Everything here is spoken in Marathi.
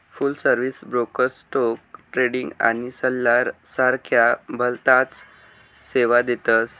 फुल सर्विस ब्रोकर स्टोक ट्रेडिंग आणि सल्ला सारख्या भलताच सेवा देतस